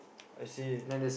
I see